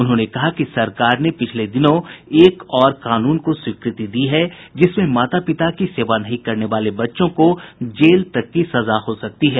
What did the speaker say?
उन्होंने कहा कि सरकार ने पिछले दिनों एक और कानून को स्वीकृति दी है जिसमें माता पिता की सेवा नहीं करने वाले बच्चों को जेल तक की सजा हो सकती है